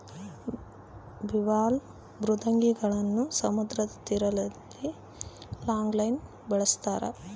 bivalve ಮೃದ್ವಂಗಿಗಳನ್ನು ಸಮುದ್ರ ತೀರದಲ್ಲಿ ಲಾಂಗ್ ಲೈನ್ ನಲ್ಲಿ ಬೆಳಸ್ತರ